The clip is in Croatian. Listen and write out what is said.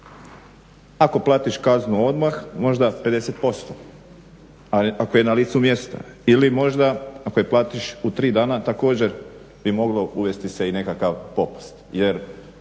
Ako platiš kaznu odmah možda 50%, ako je na licu mjesta. Ili možda ako je platiš u 3 dana također bi moglo uvesti se i nekakav popust